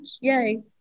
Yay